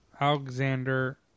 Alexander